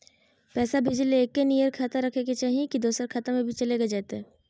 पैसा भेजे ले एके नियर खाता रहे के चाही की दोसर खाता में भी चलेगा जयते?